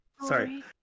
Sorry